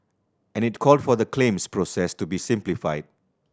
and it called for the claims process to be simplified